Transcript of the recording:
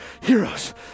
Heroes